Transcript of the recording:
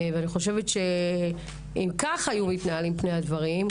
אני חושבת שאם כך היו מתנהלים פני הדברים,